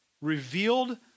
revealed